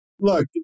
Look